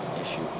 issue